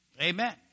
Amen